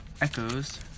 Echoes